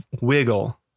wiggle